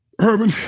Urban